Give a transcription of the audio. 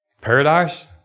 Paradise